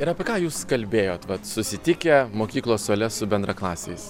ir apie ką jūs kalbėjot vat susitikę mokyklos suole su bendraklasiais